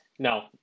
No